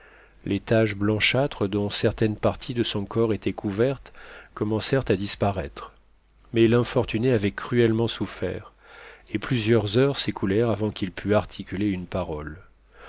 les taches blanchâtres dont certaines parties de son corps étaient couvertes commencèrent à disparaître mais l'infortuné avait cruellement souffert et plusieurs heures s'écoulèrent avant qu'il pût articuler une parole